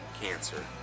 cancer